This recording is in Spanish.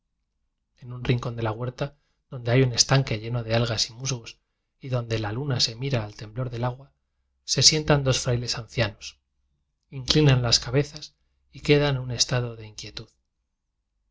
en un rincón de la huerta donde hay un estanque lleno de algas y musgos y donde la luna se mira al temblor del agua se sien tan dos frailes ancianos inclinan las cabe zas y quedan en un estado de inquietud